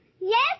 Yes